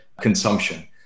consumption